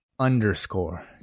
Underscore